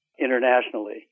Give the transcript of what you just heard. internationally